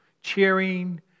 cheering